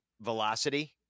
velocity